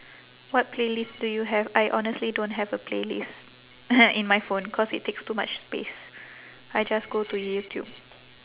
what playlist do you have I honestly don't have a playlist in my phone cause it takes too much space I just go to youtube